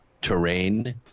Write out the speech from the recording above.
Terrain